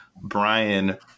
Brian